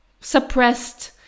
suppressed